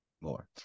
more